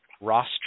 Ross